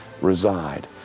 reside